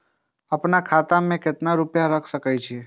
आपन खाता में केते रूपया रख सके छी?